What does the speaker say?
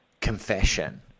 confession